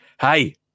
Hey